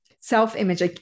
self-image